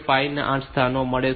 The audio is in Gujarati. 5 એ 8 સ્થાનો પછી આવશે